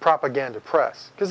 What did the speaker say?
propaganda press because